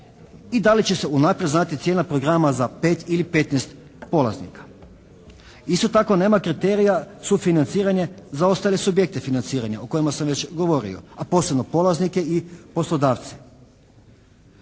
i da li će se unaprijed znati cijena programa za pet ili petnaest polaznika. Isto tako, nema kriterija sufinanciranja za ostale subjekte financiranja o kojima sam već govorio a posebno polaznike i poslodavce.